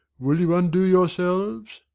will you undo yourselves?